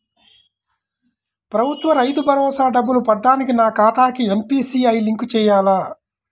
ప్రభుత్వ రైతు భరోసా డబ్బులు పడటానికి నా ఖాతాకి ఎన్.పీ.సి.ఐ లింక్ చేయాలా?